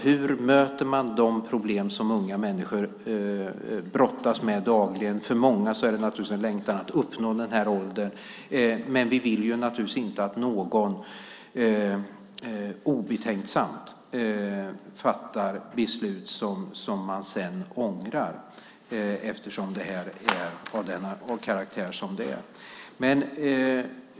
Hur möter man de problem som unga människor brottas med dagligen? För många finns naturligtvis en längtan efter att uppnå den här åldern, men vi vill ju inte att någon obetänksamt fattar beslut som man sedan ångrar. Detta är ju av den karaktär som det är.